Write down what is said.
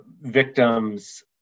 victims